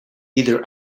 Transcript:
either